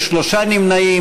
יש שלושה נמנעים.